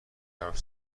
حرف